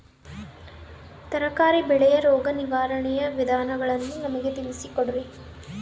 ತರಕಾರಿ ಬೆಳೆಯ ರೋಗ ನಿರ್ವಹಣೆಯ ವಿಧಾನಗಳನ್ನು ನಮಗೆ ತಿಳಿಸಿ ಕೊಡ್ರಿ?